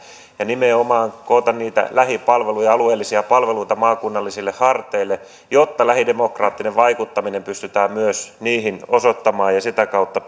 ja nimenomaan koota niitä lähipalveluja alueellisia palveluita maakunnallisille harteille jotta lähidemokraattinen vaikuttaminen pystytään myös niihin osoittamaan ja sitä kautta